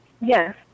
yes